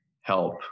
help